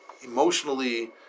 emotionally